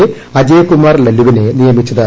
A Ajaykumar ലല്ലുവിനെ നിയമിച്ചത്